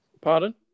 Pardon